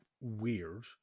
weird